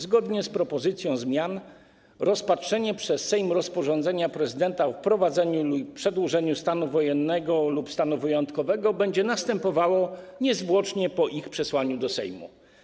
Zgodnie z propozycją zmian rozpatrzenie przez Sejm rozporządzenia prezydenta o wprowadzeniu i przedłużeniu stanu wojennego lub stanu wyjątkowego będzie następowało niezwłocznie po przesłaniu go do Sejmu.